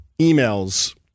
emails